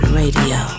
radio